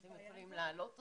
אתם יכולים להעלות אותה.